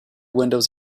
windows